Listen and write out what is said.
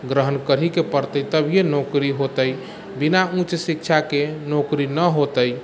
ग्रहण करहीके पड़तै तभिये नौकरी होतै बिना उच्च शिक्षाके नौकरी नहि होतै